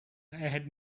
had